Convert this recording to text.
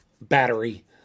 battery